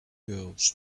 girls